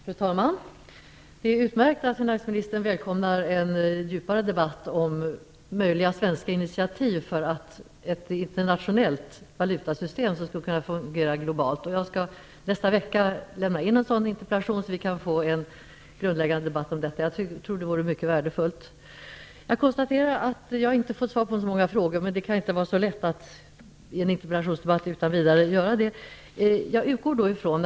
Fru talman! Det är utmärkt att finansministern välkomnar en djupare debatt om möjliga svenska initiativ för att få till stånd ett internationellt valutasystem som skulle kunna fungera globalt. Jag skall nästa vecka lämna in en sådan interpellation, så att vi kan få en grundläggande debatt om detta. Jag tror att det vore mycket värdefullt. Jag konstaterar att jag inte har fått svar på några frågor, men det är kanske inte så lätt att i en interpellationsdebatt utan vidare ge sådana.